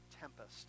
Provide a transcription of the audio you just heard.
tempest